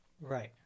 Right